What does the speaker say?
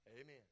Amen